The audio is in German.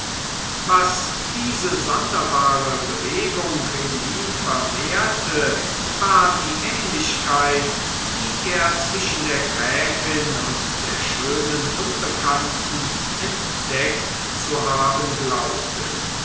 was diese sonderbare bewegung in ihm vermehrte war die ähnlichkeit die er zwischen der gräfin und der schönen unbekannten entdeckt zu haben glaubte